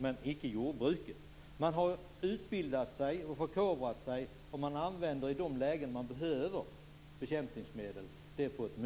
Man har förkovrat sig och utbildat sig, och man använder bekämpningsmedel i de lägen där man behöver det, och det sker på ett